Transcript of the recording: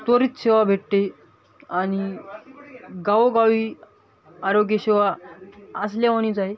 त्वरित सेवा भेटते आणि गावोगावी आरोग्यसेवा असल्याहोणीचं आहे